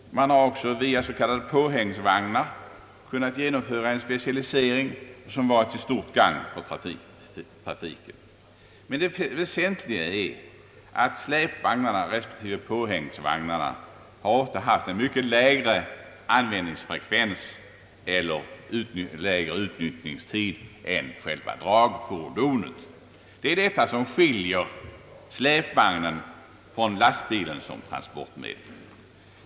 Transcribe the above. Man har också via s, k. påhängsvagnar kunnat genomföra en specialisering som varit till stort gagn för trafiken. Men det väsentliga är att släpvagnarna respektive påhängvagnarna ofta haft en mycket lägre användningsfrekvens eller lägre utnyttjningstid än själva dragfordonet. Det är detta som skiljer släpvagnen från lastbilen som transportmedel.